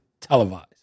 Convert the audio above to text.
televised